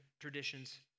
traditions